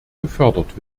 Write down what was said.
gefördert